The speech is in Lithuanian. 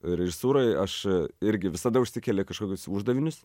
režisūroj aš irgi visada užsikiali kažkokius uždavinius